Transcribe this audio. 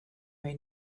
may